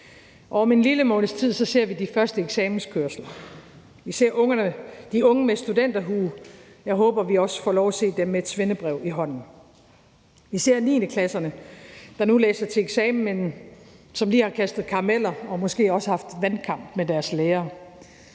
om en lille måneds tid ser vi de første eksamenskørsler. Vi ser de unge med en studenterhue, og jeg håber, at vi også får lov at se dem med et svendebrev i hånden. Vi ser 9. klasserne, der nu læser til eksamen, men som lige har kastet karameller, og som måske også har haft vandkamp med deres lærere.